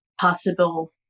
possible